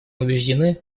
убеждены